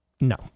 No